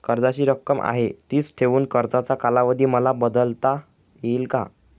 कर्जाची रक्कम आहे तिच ठेवून कर्जाचा कालावधी मला बदलता येईल का?